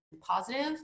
positive